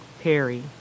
Perry